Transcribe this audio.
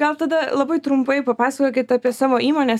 gal tada labai trumpai papasakokit apie savo įmonės